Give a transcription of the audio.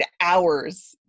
hours